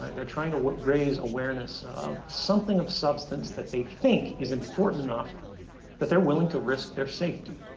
they're trying to raise awareness of something of substance that they think is important enough that they're willing to risk their safety,